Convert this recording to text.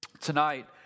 Tonight